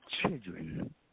children